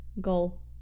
Goal